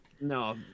No